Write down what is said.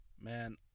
man